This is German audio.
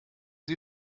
sie